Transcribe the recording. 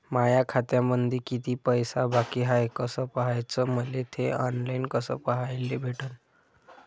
माया खात्यामंधी किती पैसा बाकी हाय कस पाह्याच, मले थे ऑनलाईन कस पाह्याले भेटन?